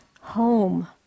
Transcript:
home